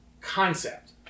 concept